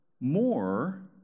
more